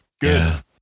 Good